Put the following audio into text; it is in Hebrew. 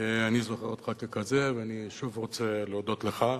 אני זוכר אותך ככזה, ואני שוב רוצה להודות לך.